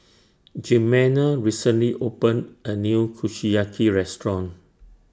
Jimena recently opened A New Kushiyaki Restaurant